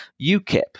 UKIP